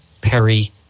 Perry